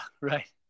right